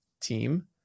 team